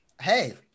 Hey